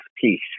peace